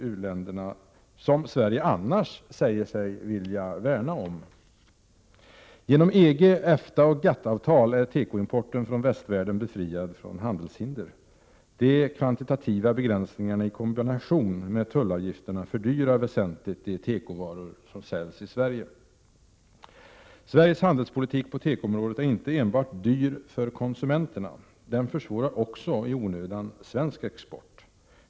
1987/88:47 u-länderna, som Sverige annars säger sig vilja värna. 17 december 1987 Genom EG-, EFTA och GATT-avtal är tekoimporten från västvärlden GG GS —- befriad från handelshinder. De kvantitativa begränsningarna i kombination med tullavgifterna fördyrar väsentligt de tekovaror som säljs i Sverige. Sveriges handelspolitik på tekoområdet är inte enbart dyr för konsumenterna, den försvårar också i onödan svensk export.